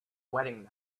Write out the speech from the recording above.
wedding